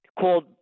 called